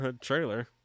trailer